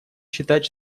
считать